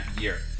year